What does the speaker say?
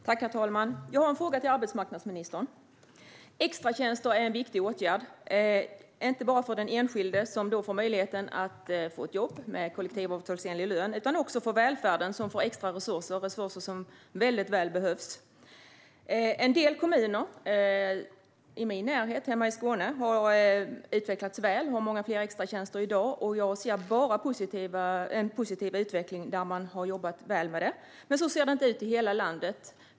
Herr talman! Jag har en fråga till arbetsmarknadsministern. Extratjänster är en viktig åtgärd - inte bara för den enskilde, som får möjlighet att få ett jobb med kollektivavtalsenlig lön, utan också för välfärden, som får extra resurser som behövs väldigt väl. En del kommuner i min närhet, i Skåne, har utvecklats väl och har många fler extratjänster i dag. Jag ser enbart en positiv utveckling där man har jobbat väl med detta. Men så ser det inte ut i hela landet.